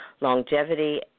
longevity